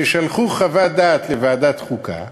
ששלחו חוות דעת לוועדת חוקה,